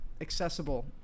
accessible